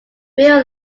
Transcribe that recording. real